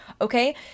okay